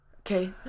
Okay